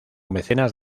mecenas